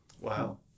Wow